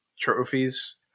trophies